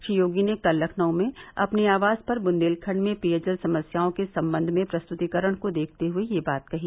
श्री योगी ने कल लखनऊ में अपने आवास पर बुन्देलखण्ड में पेयजल योजनाओं के सम्बन्ध में प्रस्तुतीकरण को देखते हुए यह बात कही